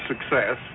success